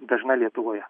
dažna lietuvoje